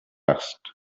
asked